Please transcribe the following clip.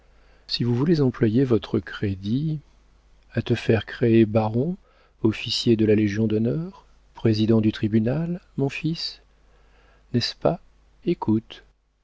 si vous voulez employer votre crédit a te faire créer baron officier de la légion-d'honneur président du tribunal mon fils n'est-ce pas écoute